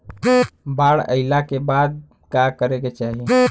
बाढ़ आइला के बाद का करे के चाही?